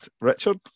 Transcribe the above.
Richard